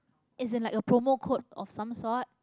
as in like a promo code or some sort